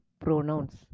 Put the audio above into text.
pronouns